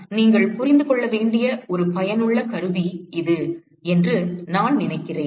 ஆனால் நீங்கள் புரிந்து கொள்ள வேண்டிய ஒரு பயனுள்ள கருவி இது என்று நான் நினைக்கிறேன்